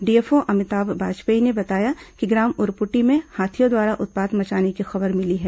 DFO Amitabh Bajpai ने बताया कि ग्राम उरपुटी में हाथियों द्वारा उत्पात मचाने की खबर मिली है